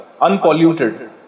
Unpolluted